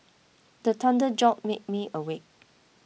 the thunder jolt make me awake